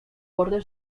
borde